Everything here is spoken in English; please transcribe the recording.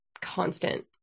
constant